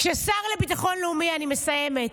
כששר לביטחון לאומי, אני מסיימת,